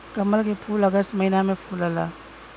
कमल के फूल अगस्त महिना में फुलला